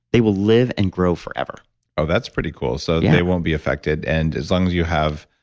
they will live and grow forever oh that's pretty cool. so, yeah they won't be affected, and as long as you have.